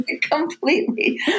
completely